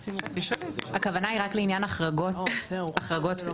הכוונה היא רק לעניין החרגות מהחיתום?